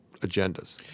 agendas